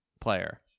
Player